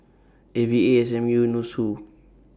A V A S M U Nussu